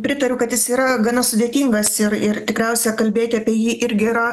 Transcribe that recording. pritariu kad jis yra gana sudėtingas ir ir tikriausia kalbėti apie jį irgi yra